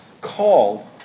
called